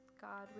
God